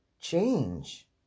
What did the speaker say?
change